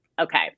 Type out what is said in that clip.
okay